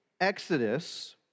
Exodus